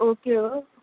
okay اور